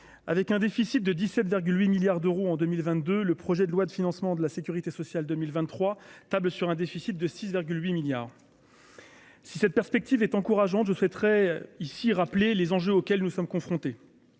avec un déficit de 17 8 milliards d'euros en 2022, le projet de loi de financement de la Sécurité sociale 2023 tablent sur un déficit de 6 8 milliards si cette perspective est encourageant je souhaiterais ici rappeler les enjeux auxquels nous sommes confrontés,